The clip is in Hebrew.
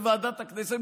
בוועדת הכנסת,